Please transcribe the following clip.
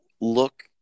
look